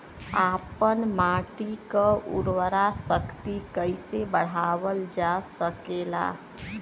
आपन माटी क उर्वरा शक्ति कइसे बढ़ावल जा सकेला?